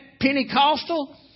Pentecostal